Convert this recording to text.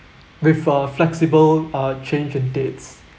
with a flexible uh change in dates